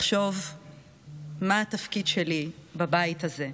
לחשוב מה התפקיד שלי בבית הזה,